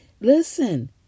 Listen